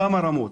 בכמה רמות.